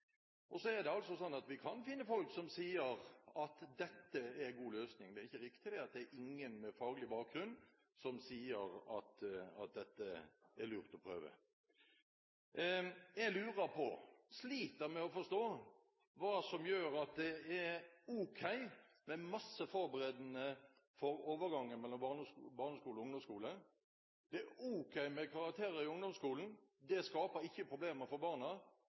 Så er det altså slik at vi kan finne folk som sier at dette er en god løsning. Det er ikke riktig at det ikke er noen med faglig bakgrunn som sier at dette er det lurt å prøve. Jeg lurer på, sliter med å forstå, hva som gjør at det er ok med masse forberedende overganger mellom barneskole og ungdomsskole. Det er ok med karakterer i ungdomsskolen. Det skaper ikke problemer for barna.